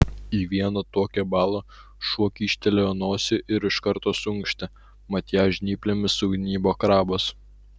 į vieną tokią balą šuo kyštelėjo nosį ir iš karto suinkštė mat ją žnyplėmis sugnybo krabas